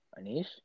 Anish